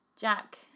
Jack